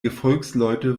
gefolgsleute